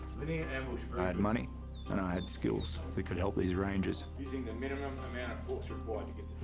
linear ambush. very. i had money and i had skills that could help these rangers. using the minimum amount of force required to get